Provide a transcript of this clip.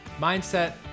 mindset